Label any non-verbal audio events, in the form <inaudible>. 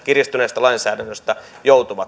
<unintelligible> kiristyneestä lainsäädännöstä joutuvat